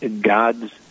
God's